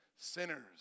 sinners